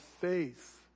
faith